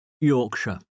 Yorkshire